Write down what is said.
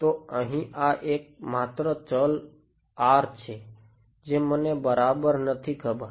તો અહીં આ એક માત્ર ચલ R છે જે મને બરાબર નથી ખબર